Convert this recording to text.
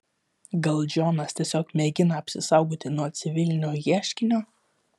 gal džonas tiesiog mėgina apsisaugoti nuo civilinio ieškinio